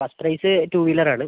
first prize two വീലറാണ്